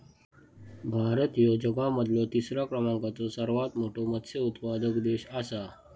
भारत ह्यो जगा मधलो तिसरा क्रमांकाचो सर्वात मोठा मत्स्य उत्पादक देश आसा